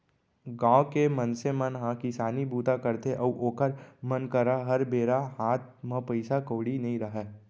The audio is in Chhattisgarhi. गाँव के मनसे मन ह किसानी बूता करथे अउ ओखर मन करा हर बेरा हात म पइसा कउड़ी नइ रहय